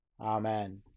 Amen